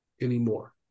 anymore